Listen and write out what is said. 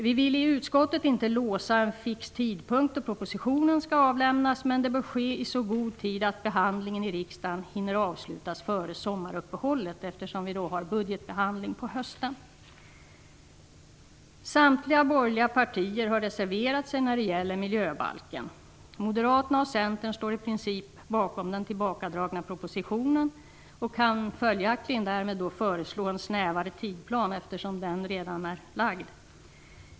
Vi i utskottet vill inte låsa en fixerad tidpunkt då propositionen skall avlämnas, men det bör ske i så god tid att behandlingen i riksdagen hinner avslutas före sommaruppehållet 1997, eftersom vi sedan har budgetbehandling under hösten. Samtliga borgerliga partier har reserverat sig när det gäller miljöbalken. Moderaterna och Centern står i princip bakom den tillbakadragna propositionen och kan följaktligen föreslå en snävare tidsplan.